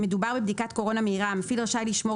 אם מדובר בבדיקת קורונה מהירה המפעיל רשאי לשמור